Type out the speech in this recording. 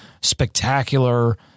spectacular